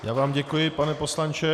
Já vám děkuji, pane poslanče.